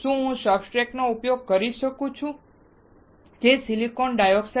શું હું સબસ્ટ્રેટનો ઉપયોગ કરી શકું છું જે સિલિકોન ડાયોક્સાઇડ છે